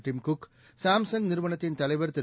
Tim Cook Samsung நிறுனத்தின் தலைவா் திரு